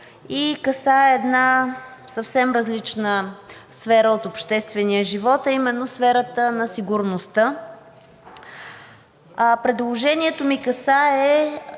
§ 1 и касае съвсем различна сфера от обществения живот, а именно сферата на сигурността. Предложението ми касае